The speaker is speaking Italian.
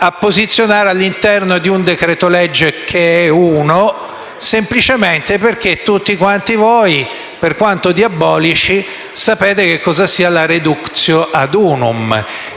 questo all'interno di un decreto-legge, che è uno, semplicemente perché tutti voi, per quanto diabolici, sapete che cosa sia la *reductio ad unum*.